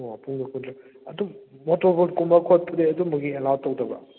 ꯑꯣ ꯄꯨꯡꯗ ꯈꯨꯟꯊ꯭ꯔꯥ ꯑꯗꯨꯝ ꯃꯣꯇꯣꯔꯕꯣꯠ ꯀꯨꯝꯕ ꯈꯣꯠꯄꯗꯤ ꯑꯗꯨꯒꯨꯝꯕꯒꯤ ꯑꯦꯂꯥꯎꯠ ꯇꯧꯗꯕ꯭ꯔꯣ